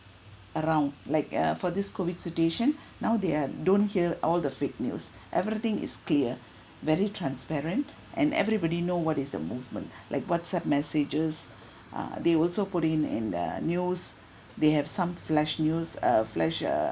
around like uh for this COVID situation now they are don't hear all the fake news everything is clear very transparent and everybody know what is the movement like whatsapp messages uh they also put in in the news they have some flash news uh flash uh